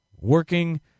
working